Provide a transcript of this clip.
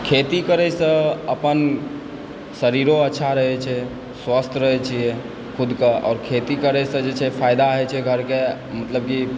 खेती करैसँ अपन शरीरो अच्छा रहै छै स्वस्थ्य रहै छियै खुदके आओर खेती करैसँ जे छै फायदा होइ छै घरके मतलब कि